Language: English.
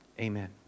Amen